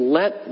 let